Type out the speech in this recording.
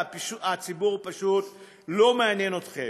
והציבור פשוט לא מעניין אתכם.